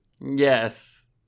Yes